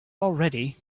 already